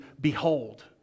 behold